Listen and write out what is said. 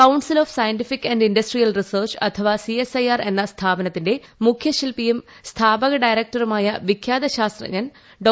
council of scientific and industrial research അഥവാ C S I R എന്ന സ്ഥാപനത്തിന്റെ മുഖ്യശിൽപിയും സ്ഥാപക ഡയറക്ടറുമായി വിഖ്യാത ശാസ്ത്രജ്ഞൻ ഡോ